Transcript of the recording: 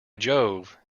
jove